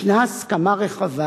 ישנה הסכמה רחבה,